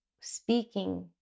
speaking